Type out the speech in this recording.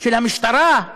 של המשטרה?